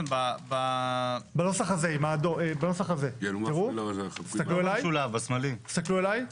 בנוסח הזה, תראו, תסתכלו אליי.